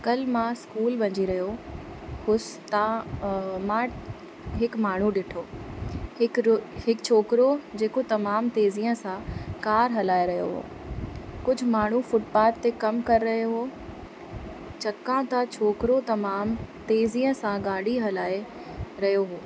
कल्ह मां स्कूल वञी रहियो हुअसि त मां हिकु माण्हू ॾिठो हिकिड़ो हिकु छोकिरो जेको तमामु तेज़ीअ सां कार हलाए रहियो हुओ कुझु माण्हू फ़ुटपाथ ते कम करे हुओ चक्कां दा छोकिरो तमामु तेज़ीअ सां गाॾी हलाए रहियो हुओ